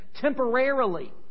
temporarily